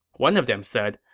one of them said,